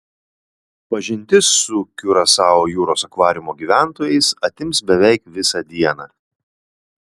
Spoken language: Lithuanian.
pažintis su kiurasao jūros akvariumo gyventojais atims beveik visą dieną